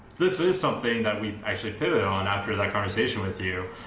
this is something that we actually pivoted on after that conversation with you.